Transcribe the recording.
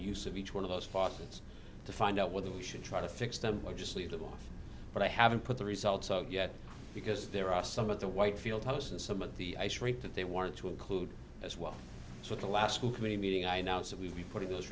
use of each one of those faucets to find out whether we should try to fix them or just leave them off but i haven't put the results out yet because there are some of the whitefield house and some of the ice rink that they wanted to include as well so the last school committee meeting i know is that we'll be putting those